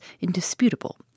indisputable